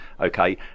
Okay